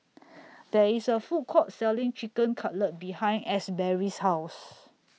There IS A Food Court Selling Chicken Cutlet behind Asberry's House